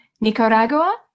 Nicaragua